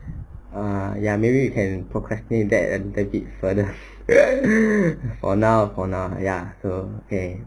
ah ya maybe we can procrastinate that a little bit further for now for now ya so